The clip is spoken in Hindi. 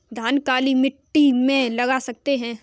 धान काली मिट्टी में लगा सकते हैं?